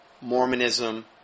Mormonism